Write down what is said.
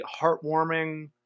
heartwarming